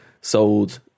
sold